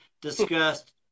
discussed